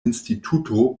instituto